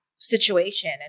situation